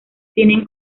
tienen